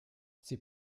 sie